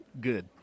good